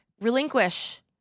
relinquish